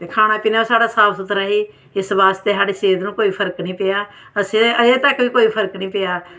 ते खाना पीना साढ़ा साफ सूथरा ई इस बास्तै साढ़ी सेह्त नूं कोई फर्क निं पेआ असें ई ऐहीं तक बी कोई फर्क निं पेआ